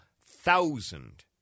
thousand